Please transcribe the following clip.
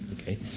Okay